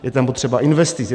Je tam potřeba investic.